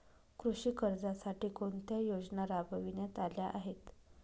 कृषी कर्जासाठी कोणत्या योजना राबविण्यात आल्या आहेत?